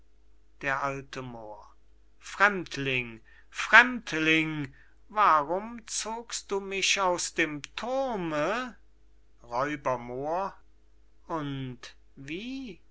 d a moor fremdling fremdling warum zogst du mich aus dem thurme r moor und wie